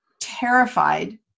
terrified